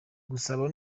gusaba